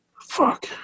Fuck